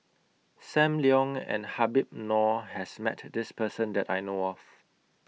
SAM Leong and Habib Noh has Met This Person that I know of